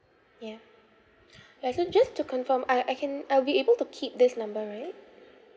yeah ya so just to confirm I I can I'll be able to keep this number right